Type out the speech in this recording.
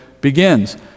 begins